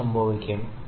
എന്ത് സംഭവിക്കും